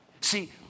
See